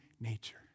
nature